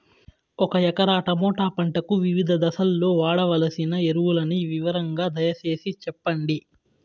ఒక ఎకరా టమోటా పంటకు వివిధ దశల్లో వాడవలసిన ఎరువులని వివరంగా దయ సేసి చెప్పండి?